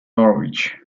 norwich